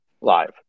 live